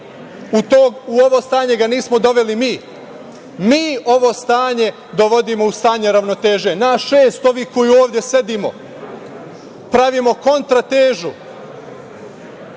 U ovo stanje ga nismo doveli mi. Mi, ovo stanje dovodimo u stanje ravnoteže. Naš šest koji ovde sedimo pravimo kontratežu.